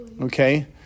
okay